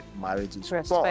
marriages